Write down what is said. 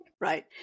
Right